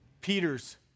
Peter's